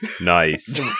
nice